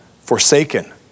forsaken